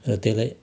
र त्यसलाई